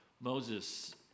Moses